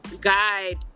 guide